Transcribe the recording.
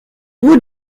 would